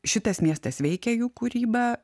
šitas miestas veikia jų kūrybą